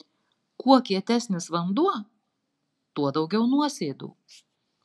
kuo kietesnis vanduo tuo daugiau nuosėdų